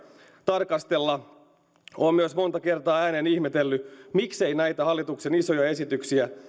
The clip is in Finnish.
tarkastella olen myös monta kertaa ääneen ihmetellyt miksei näitä hallituksen isoja esityksiä